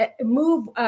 move